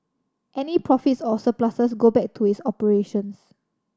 any profits or surpluses go back to its operations